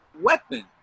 weapon